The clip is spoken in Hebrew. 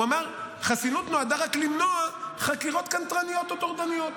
הוא אמר: חסינות נועדה רק למנוע חקירות קנטרניות או טורדניות.